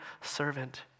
servant